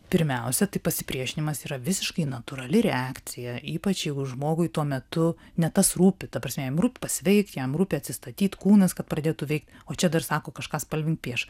pirmiausia tad pasipriešinimas yra visiškai natūrali reakcija ypač jeigu žmogui tuo metu ne tas rūpi ta prasme jam rūpi pasveikt jam rūpi atsistatyt kūnas kad pradėtų veikt o čia dar sako kažką spalvink piešk